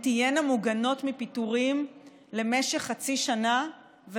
תהיינה מוגנות מפיטורים למשך חצי שנה,